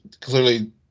clearly